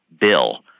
bill